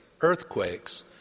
earthquakes